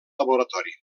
laboratori